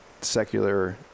secular